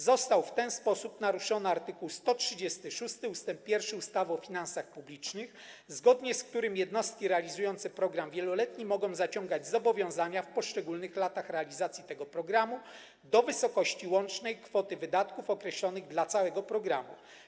Został w ten sposób naruszony art. 136 ust. 1 ustawy o finansach publicznych, zgodnie z którym jednostki realizujące program wieloletni mogą zaciągać zobowiązania w poszczególnych latach realizacji tego programu do wysokości łącznej kwoty wydatków określonych dla całego programu.